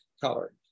color